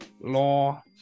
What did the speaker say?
law